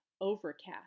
Overcast